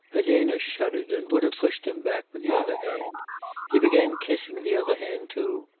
elena shuddered, and would have pushed him back with the other hand he began kissing the other hand too.